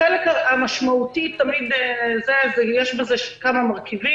החלק המשמעותי תמיד הוא שיש בזה כמה מרכיבים.